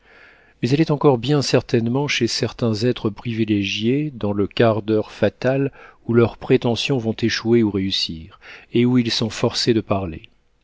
mais elle est encore bien certainement chez certains êtres privilégiés dans le quart d'heure fatal où leurs prétentions vont échouer ou réussir et où ils sont forcés de parler